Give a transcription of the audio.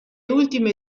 ultime